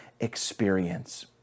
experience